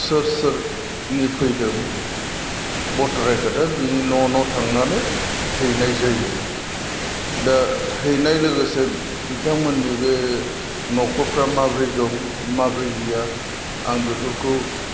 सोर सोरनि फैदों भटार आइकार्ड आ बिनि न' न' थांनानै हैनाय जायो दा हैनाय लोगोसे बिथांमोननि बे नखरफ्रा माबोरै दं माबोरै गैया आं बेफोरखौ